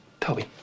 Toby